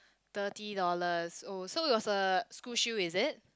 thirty dollars oh so it was a school shoe is it